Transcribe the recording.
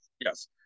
Yes